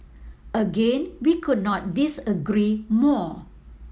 again we could not disagree more